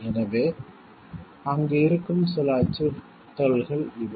எனவே அங்கு இருக்கும் சில அச்சுறுத்தல்கள் இவை